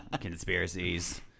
Conspiracies